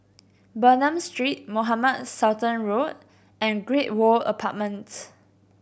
Bernam Street Mohamed Sultan Road and Great World Apartments